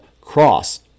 Cross